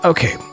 Okay